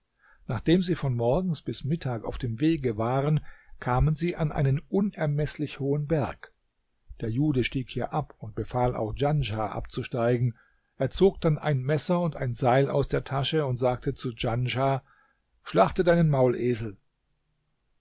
nachdem sie von morgens bis mittag auf dem wege waren kamen sie an einen unermeßlich hohen berg der jude stieg hier ab und befahl auch djanschah abzusteigen er zog dann ein messer und ein seil aus der tasche und sagte zu djanschah schlachte deinen